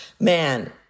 man